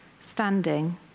standing